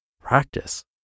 practice